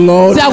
Lord